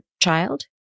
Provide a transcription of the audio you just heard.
child